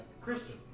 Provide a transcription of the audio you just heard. Christian